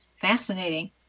fascinating